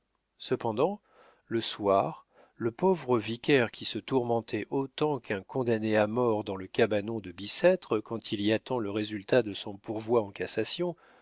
cependant le soir le pauvre vicaire qui se tourmentait autant qu'un condamné à mort dans le cabanon de bicêtre quand il y attend le résultat de son pourvoi en cassation